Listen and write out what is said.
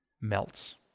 melts